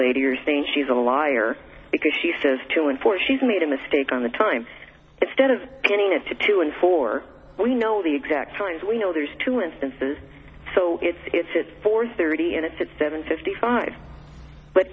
lady or think she's a liar because she says two and four she's made a mistake on the time it stead of getting it to two and four we know the exact times we know there's two instances so it's at four thirty and if it's seven fifty five but